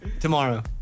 Tomorrow